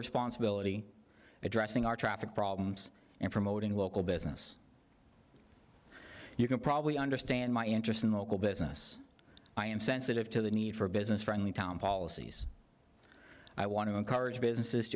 responsibility addressing our traffic problems and promoting local business you can probably understand my interest in the local business i am sensitive to the need for a business friendly town policies i want to encourage businesses